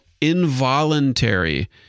involuntary